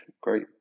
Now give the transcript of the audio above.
great